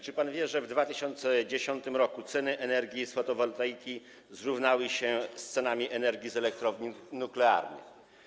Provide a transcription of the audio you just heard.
Czy pan wie, że w 2010 r. ceny energii z fotowoltaiki zrównały się z cenami energii z elektrowni nuklearnych?